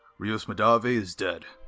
rhos madavee is dead.